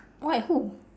why who